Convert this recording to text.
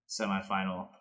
semifinal